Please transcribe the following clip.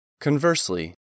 Conversely